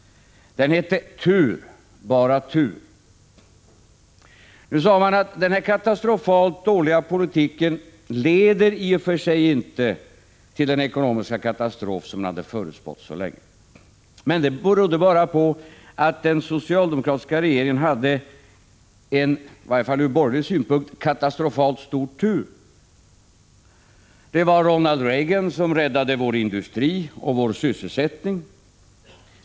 Den hette ”tur — bara tur”. Nu sade man att denna katastrofalt dåliga politik i och för sig inte leder till den ekonomiska katastrof som man hade förutspått så länge, men det berodde bara på att den socialdemokratiska regeringen hade en — i varje fall ur borgerlig synpunkt — katastrofalt stor tur. Det var Ronald Reagan som räddade vår industri och vår sysselsättning.